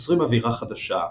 יוצרים אווירה חדשה,